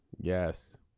yes